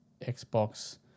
Xbox